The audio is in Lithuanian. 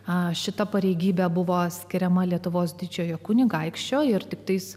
a šita pareigybė buvo skiriama lietuvos didžiojo kunigaikščio ir tiktais